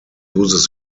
uses